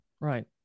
right